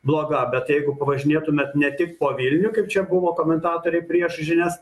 bloga bet jeigu pavažinėtumėt ne tik po vilnių kaip čia buvo komentatoriai prieš žinias